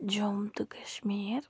جوٚم تہٕ کَشمیٖر